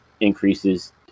increases